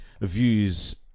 views